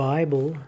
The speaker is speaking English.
Bible